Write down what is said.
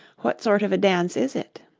what sort of a dance is it